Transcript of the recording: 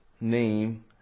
name